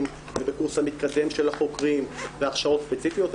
ובקורס המתקדם של החוקרים והכשרות ספציפיות,